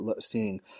seeing